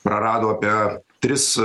prarado apie tris